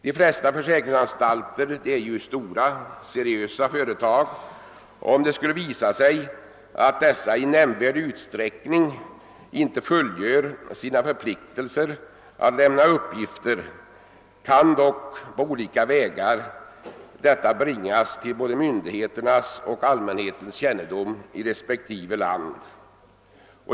De flesta försäkringsanstalter är stora och seriösa företag, och om det skulle visa sig att de i nämnvärd utsträckning inte fullgör sina förpliktelser att lämna uppgifter kan detta på olika vägar bringas till både myndigheternas och allmänhetens kännedom i respektive land.